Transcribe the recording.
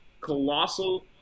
colossal